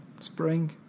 spring